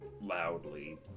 loudly